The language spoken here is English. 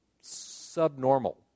subnormal